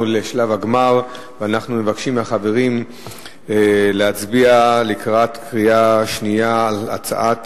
לשלב הגמר ואנחנו מבקשים מהחברים להצביע בקריאה שנייה על הצעת